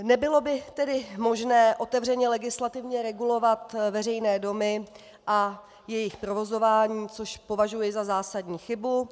Nebylo by tedy možné otevřeně legislativně regulovat veřejné domy a jejich provozování, což považuji za zásadní chybu.